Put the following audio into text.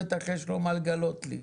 בטח יש לו מה לגלות לי.